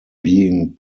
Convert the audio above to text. being